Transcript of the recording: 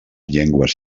llengües